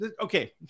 okay